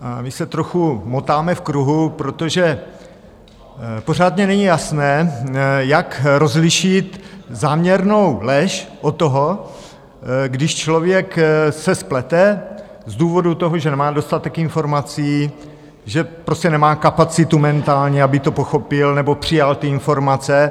My se trochu motáme v kruhu, protože pořád mně není jasné, jak rozlišit záměrnou lež od toho, když člověk se splete z důvodu toho, že nemá dostatek informací, že prostě nemá kapacitu mentálně, aby to pochopil nebo přijal ty informace.